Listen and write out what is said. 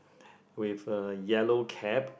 with a yellow cap